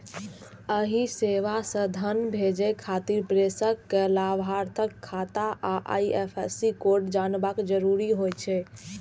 एहि सेवा सं धन भेजै खातिर प्रेषक कें लाभार्थीक खाता आ आई.एफ.एस कोड जानब जरूरी होइ छै